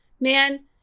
Man